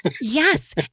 Yes